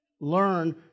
Learn